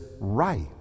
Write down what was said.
right